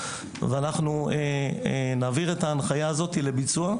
ואנחנו נעביר את ההנחיה הזאת לביצוע,